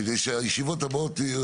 כדי שהישיבות הבאות יהיו